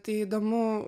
tai įdomu